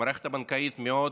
במערכת הבנקאית מאוד